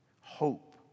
hope